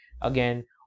again